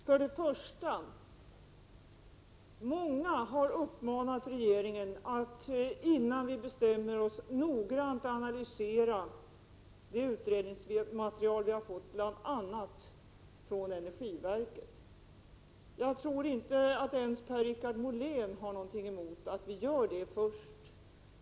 Herr talman! För det första: Många har uppmanat oss i regeringen att vi, innan vi bestämmer oss, noggrant skall analysera det utredningsmaterial som vi har fått, bl.a. från energiverket. Jag tror inte att ens Per-Richard Molén har någonting emot att vi gör det.